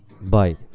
bye